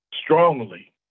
strongly